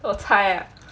我猜 ah